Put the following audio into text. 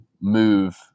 move